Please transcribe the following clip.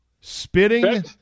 Spitting